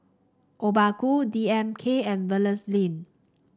Obaku D M K and